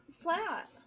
flat